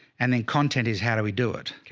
and then content is how do we do it?